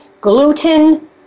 gluten